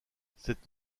cette